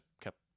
kept